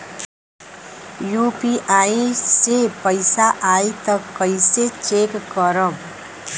UPI से पैसा आई त कइसे चेक करब?